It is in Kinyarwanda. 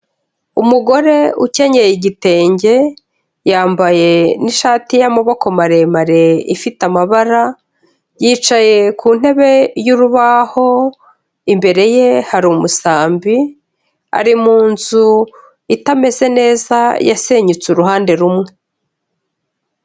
Umugore ukenyeye igitenge yambaye n'ishati y'amaboko maremare ifite amabara, yicaye ku ntebe y'urubaho, imbere ye hari umusambi, ari mu nzu itameze neza yasenyutse uruhande rumwe.